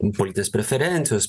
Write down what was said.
politinės preferencijos